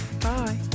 Bye